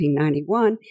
1991